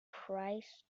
priest